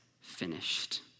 finished